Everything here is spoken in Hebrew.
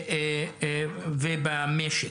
ובמשק.